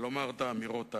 ולומר את האמירות האלה?